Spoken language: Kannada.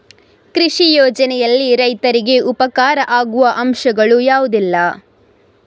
ಕೃಷಿ ಯೋಜನೆಯಲ್ಲಿ ರೈತರಿಗೆ ಉಪಕಾರ ಆಗುವ ಅಂಶಗಳು ಯಾವುದೆಲ್ಲ?